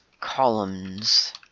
columns